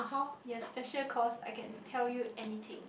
yes special cost I can tell you anything